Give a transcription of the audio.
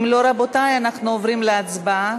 אם לא, רבותי, אנחנו עוברים להצבעה.